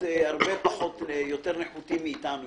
מה בפועל הפקח יוכל לעשות.